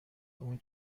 اون